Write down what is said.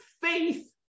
faith